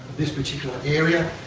this particular area,